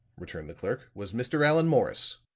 returned the clerk, was mr. allan morris.